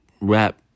rap